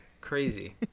Crazy